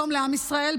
שלום לעם ישראל.